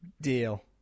deal